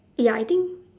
ya I think